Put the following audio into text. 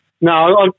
No